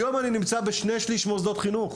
היום אני נמצא בשני-שליש מוסדות חינוך.